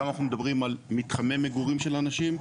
שם אנחנו מדברים על מתחמי מגורים של אנשים,